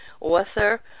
author